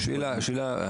שאלה,